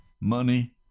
money